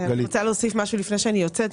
אני רוצה להוסיף משהו לפני שאני יוצאת.